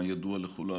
הידוע לכולם.